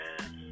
man